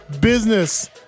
business